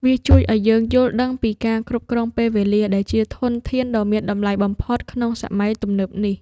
វាជួយឱ្យយើងយល់ដឹងពីការគ្រប់គ្រងពេលវេលា ដែលជាធនធានដ៏មានតម្លៃបំផុតក្នុងសម័យទំនើបនេះ។